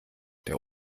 der